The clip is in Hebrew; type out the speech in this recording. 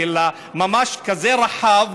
אלא ממש כזה רחב,